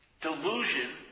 delusion